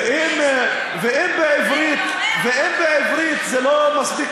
אין קשר, ואם בעברית זה לא מספיק